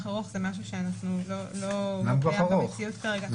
ארוך בתשובה זה משהו שאנחנו לא מכירות במציאות כרגע.